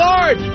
Lord